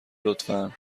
لطفا